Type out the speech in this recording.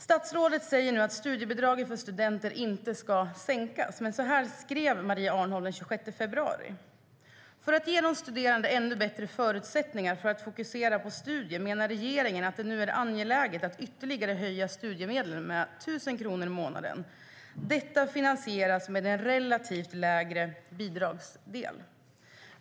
Statsrådet säger nu att studiebidraget för studenter inte ska sänkas, men så här skrev Maria Arnholm den 26 februari i svaret på en skriftlig fråga: "För att ge de studerande ännu bättre förutsättningar för att fokusera på studierna menar regeringen att det nu är angeläget att ytterligare höja studiemedlen med ca 1 000 kronor i månaden. Detta finansieras med en relativt lägre bidragsandel."